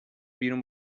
بیرون